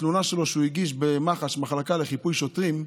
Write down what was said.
התלונה שהוא הגיש במח"ש, המחלקה לחיפוי שוטרים.